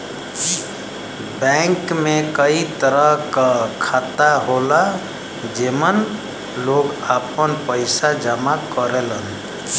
bank में कई तरह क खाता होला जेमन लोग आपन पइसा जमा करेलन